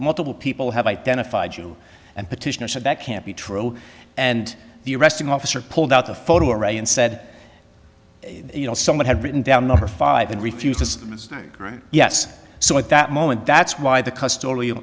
multiple people have identified you and petitioner said that can't be true and the arresting officer pulled out a photo array unsaid you know someone had written down number five and refused to yes so at that moment that's why the custo